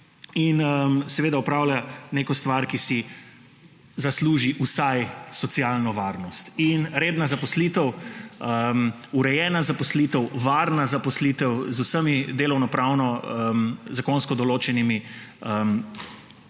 časih. Opravljajo neko stvar, ki si zasluži vsaj socialno varnost. Redna zaposlitev, urejana zaposlitev, varna zaposlitev z vsemi delovnopravno zakonsko določenimi normativi,